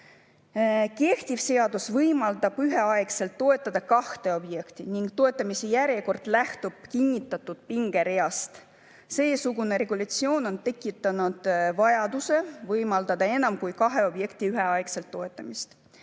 Kehtiv seadus võimaldab üheaegselt toetada kahte objekti ning toetamise järjekord lähtub kinnitatud pingereast. Seesugune regulatsioon on tekitanud vajaduse võimaldada enam kui kahe objekti üheaegset toetamist.